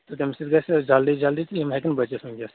تہٕ تَمہِ سۭتۍ گژھِ جلدی جلدی تہٕ یِم ہیٚکن بٔچِتھ ؤنکیٚس